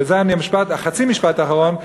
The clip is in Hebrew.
וזה חצי משפט אחרון,